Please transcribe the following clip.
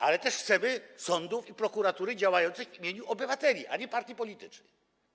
Ale też chcemy sądów i prokuratury działających w imieniu obywateli, a nie partii politycznych.